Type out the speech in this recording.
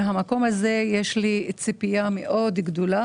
מן המקום הזה יש לי ציפייה גדולה מאוד